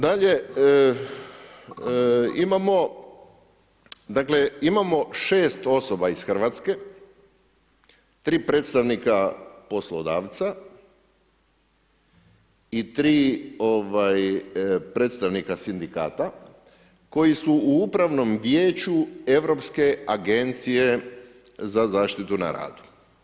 Dalje, imamo, dakle imamo 6 osoba iz Hrvatske, 3 predstavnika poslodavca i tri predstavnika sindikata koji su u Upravnom vijeću Europske agencije za zaštitu na radu.